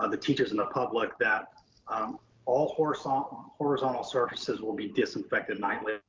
ah the teachers, and the public that all horizontal um horizontal surfaces will be disinfected nightly.